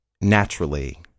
naturally